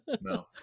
no